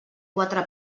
quatre